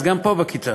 אז גם פה התחושה